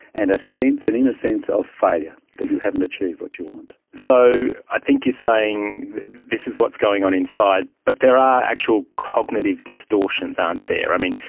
and a sense, an inner sense of failure that you haven't achieved what you want. so i think you're saying this is what's going on inside but there are actual cognitive distortions, aren't there. i mean,